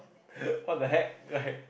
what the heck right